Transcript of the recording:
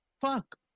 fuck